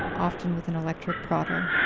often with an electric prodder.